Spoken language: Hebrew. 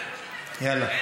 יאללה.